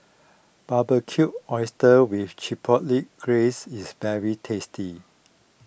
Barbecued Oysters with Chipotle Glaze is very tasty